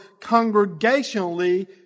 congregationally